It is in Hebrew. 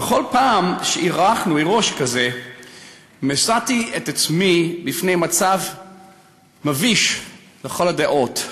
בכל פעם שאירחנו אירוע שכזה מצאתי את עצמי בפני מצב מביש לכל הדעות.